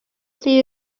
see